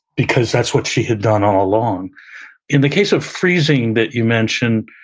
because that's what she had done all along in the case of freezing that you mentioned,